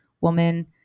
woman